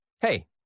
Hey